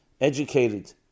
educated